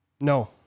No